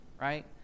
right